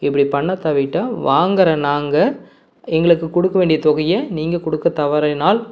இப்படி பண்ணாத விட்டால் வாங்கற நாங்கள் எங்களுக்குக் கொடுக்க வேண்டிய தொகையை நீங்கள் கொடுக்க தவறினால்